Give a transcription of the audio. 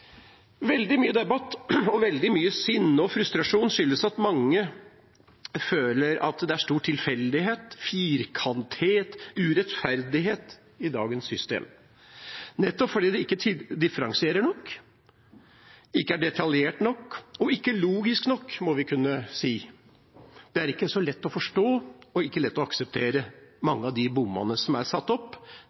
Mye debatt og veldig mye sinne og frustrasjon skyldes at mange føler at det er mye tilfeldighet, firkantethet og urettferdighet i dagens system, nettopp fordi det ikke differensierer nok, ikke er detaljert nok – og ikke logisk nok, må vi kunne si. Det er ikke så lett å forstå og ikke lett å akseptere mange av de bommene som er satt opp.